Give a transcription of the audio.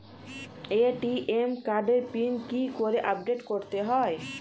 ATM কার্ডের PIN কি করে আপডেট করতে হয়?